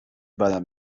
بدم